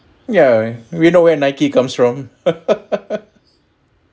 yeah we know where nike comes from